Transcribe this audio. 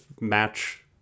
match